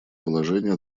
положения